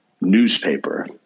newspaper